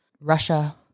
Russia